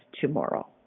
tomorrow